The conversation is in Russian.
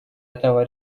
этого